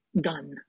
done